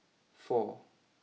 four